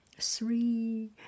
three